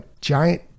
giant